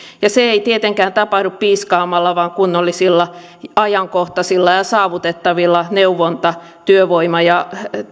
ja se ei tietenkään tapahdu piiskaamalla vaan kunnollisilla ajankohtaisilla ja saavutettavilla neuvonta työvoima ja